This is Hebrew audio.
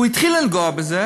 הוא התחיל לנגוע בזה